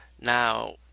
Now